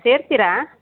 ಸೇರ್ತಿರಾ